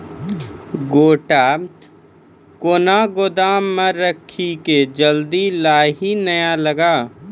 गोटा कैनो गोदाम मे रखी की जल्दी लाही नए लगा?